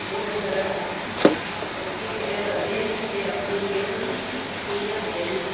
ਬਹੁਤ ਜ਼ਿਆਦਾ ਲੋਕ ਇਹ ਕਰਦੇ ਨੇ ਅਤੇ ਆਪਣੀ ਸਿਹਤ ਨੂੰ ਠੀਕ ਰੱਖਦੇ ਨੇ